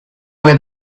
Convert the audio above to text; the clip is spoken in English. where